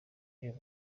uyu